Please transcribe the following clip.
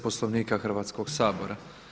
Poslovnika Hrvatskog sabora.